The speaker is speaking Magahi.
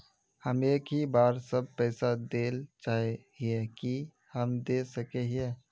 हम एक ही बार सब पैसा देल चाहे हिये की हम दे सके हीये?